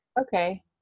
okay